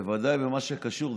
בוודאי בכל מה שקשור,